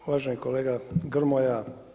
Uvaženi kolega Gromoja.